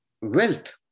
Wealth